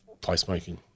placemaking